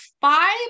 five